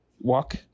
walk